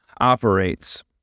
operates